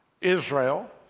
Israel